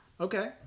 Okay